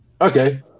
Okay